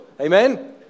Amen